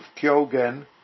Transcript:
Kyogen